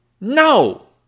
No